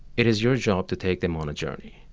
it is your job to take them on a journey.